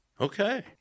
Okay